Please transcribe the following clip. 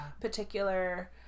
Particular